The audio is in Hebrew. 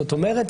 זאת אומרת,